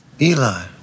Eli